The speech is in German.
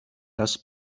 das